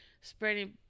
spreading